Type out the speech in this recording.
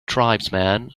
tribesmen